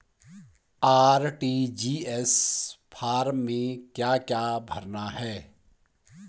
RTGS form में क्या क्या भरना है?